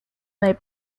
they